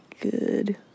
good